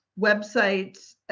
websites